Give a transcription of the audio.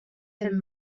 him